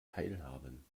teilhaben